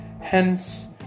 hence